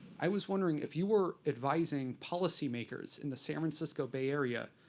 i was wondering, if you were advising policymakers in the san francisco bay area,